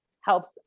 helps